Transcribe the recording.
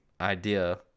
idea